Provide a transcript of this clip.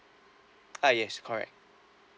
ah yes correct